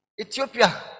Ethiopia